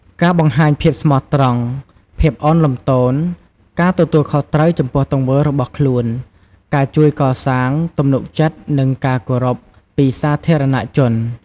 ការបង្ហាញភាពស្មោះត្រង់ ភាពឧ៌នលំទោន ការទទួលខុសត្រូវចំពោះទង្វើរបស់ខ្លួន ការជួយកសាង ទំនុកចិត្ត និងការគោរព ពីសាធារណជន។